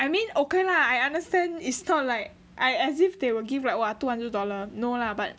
I mean okay lah I understand is not like I as if they will give right !wah! two hundred dollar no lah but